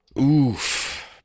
Oof